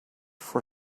for